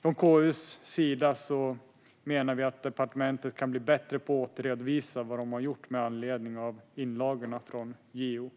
Från KU:s sida menar vi att departementet kan bli bättre på att återredovisa vad man har gjort med anledning av inlagorna från JO.